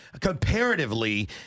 Comparatively